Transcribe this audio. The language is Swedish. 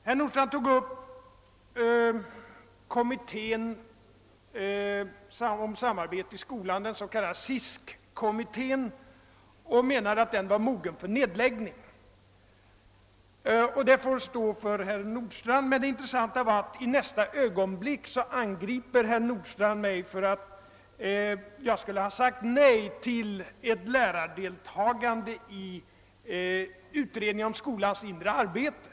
Herr Nordstrandh tog till behandling upp SISK-kommittén och menade att denna var mogen för nedläggning. Detta uttalande får stå för herr Nordstrandh. Men det intressanta är att i nästa ögonblick angriper herr Nordstrandh mig för att jag skulle ha sagt nej till ett lärardeltagande i utredningen om skolans inre arbete.